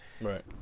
Right